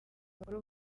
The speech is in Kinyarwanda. bakora